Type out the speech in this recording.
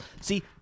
See